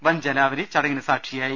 വൻ ജനാവലി ചടങ്ങിന് സാക്ഷിയായി